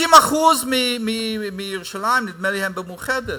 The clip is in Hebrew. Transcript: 50% מתושבי ירושלים הם ב"מאוחדת"